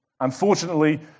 Unfortunately